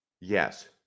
Yes